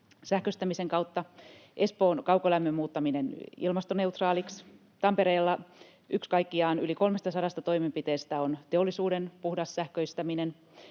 sähköistämisen kautta, Espoon kaukolämmön muuttaminen ilmastoneutraaliksi, Tampereella yksi kaikkiaan yli 300 toimenpiteestä on teollisuuden puhdas sähköistäminen,